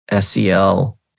SEL